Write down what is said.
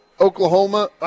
Oklahoma